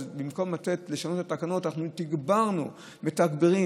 אז במקום לשנות את התקנות אנחנו תגברנו ומתגברים.